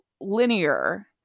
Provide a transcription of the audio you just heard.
linear